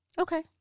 Okay